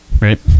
Right